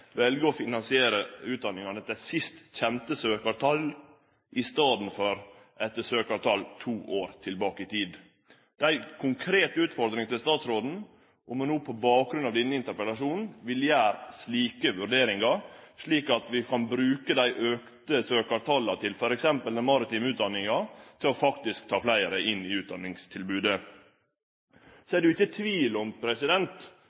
velje å finansiere utdanningane etter siste kjende søkjartal i staden for å finansiere etter søkjartal to år tilbake i tid. Ei konkret utfordring til statsråden er om ho no på bakgrunn av denne interpellasjonen vil gjere slike vurderingar, slik at vi kan bruke dei auka søkjartala – f.eks. til den maritime utdanninga – til faktisk å ta fleire inn i utdanningstilbodet. Det er ingen tvil om